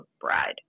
bride